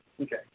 okay